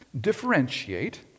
differentiate